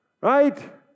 right